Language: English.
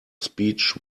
speech